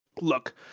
look